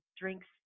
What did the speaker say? drinks